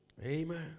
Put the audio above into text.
Amen